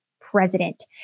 president